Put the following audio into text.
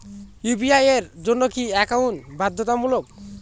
UPI এর জন্য কি একাউন্ট বাধ্যতামূলক?